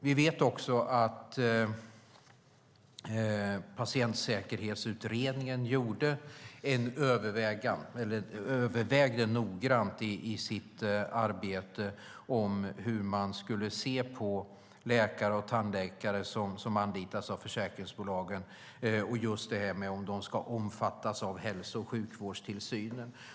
Vi vet att Patientsäkerhetsutredningen övervägde noggrant i sitt arbete hur man skulle se på läkare och tandläkare som anlitas av försäkringsbolagen, om de ska omfattas av hälso och sjukvårdstillsynen eller inte.